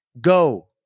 Go